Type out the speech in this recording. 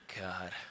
god